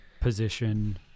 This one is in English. position